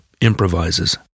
improvises